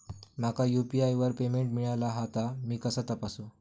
माका यू.पी.आय वर पेमेंट मिळाला हा ता मी कसा तपासू?